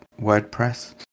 WordPress